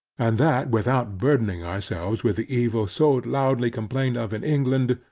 and that without burdening ourselves with the evil so loudly complained of in england,